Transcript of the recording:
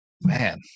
man